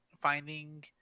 finding